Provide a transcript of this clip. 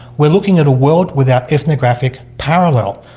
we're looking at a world without ethnographic parallel.